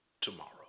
Tomorrow